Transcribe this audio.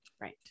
Right